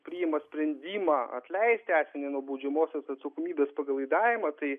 priima sprendimą atleisti asmenį nuo baudžiamosios atsakomybės pagal laidavimą tai